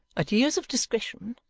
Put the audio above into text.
at years of discretion,